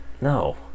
No